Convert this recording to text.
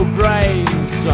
brains